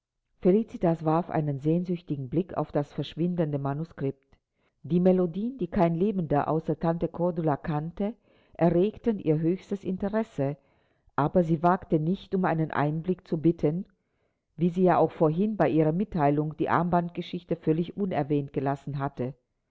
felicitas warf einen sehnsüchtigen blick auf das verschwindende manuskript die melodien die kein lebender außer tante cordula kannte erregten ihr höchstes interesse aber sie wagte nicht um einen einblick zu bitten wie sie ja auch vorhin bei ihrer mitteilung die armbandgeschichte völlig unerwähnt gelassen hatte